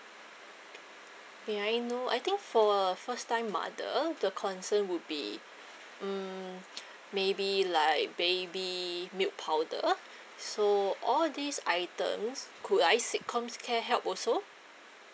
may I know I think for a first time mother the concern would be mm maybe like baby milk powder so all these items could I seek coms care help also